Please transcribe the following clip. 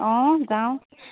অঁ যাওঁ